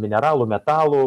mineralų metalų